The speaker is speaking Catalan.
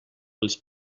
les